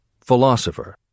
Philosopher